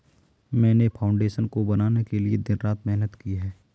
मैंने फाउंडेशन को बनाने के लिए दिन रात मेहनत की है